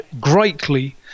greatly